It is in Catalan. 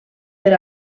per